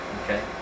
okay